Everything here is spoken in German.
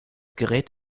gerät